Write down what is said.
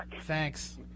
Thanks